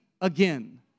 again